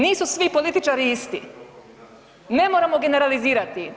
Nisu svi političari isti, ne moramo generalizirati.